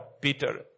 Peter